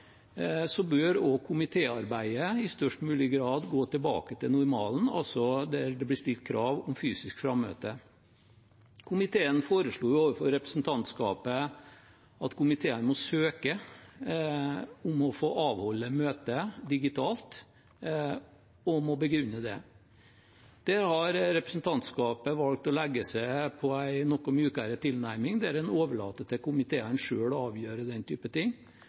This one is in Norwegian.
bør også komitéarbeidet i størst mulig grad gå tilbake til normalen, altså at det blir stilt krav om fysisk frammøte. Komiteen foreslo overfor presidentskapet at komiteene må søke om å få avholde møter digitalt, og må begrunne det. Der har presidentskapet valgt å legge seg på en noe mykere tilnærming, der en overlater til komiteene selv å avgjøre den type ting.